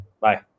Bye